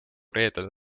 reedel